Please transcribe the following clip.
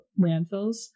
landfills